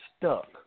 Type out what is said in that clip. stuck